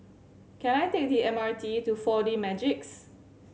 can I take the M R T to Four D Magix